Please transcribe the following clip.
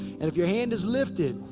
and if your hand is lifted.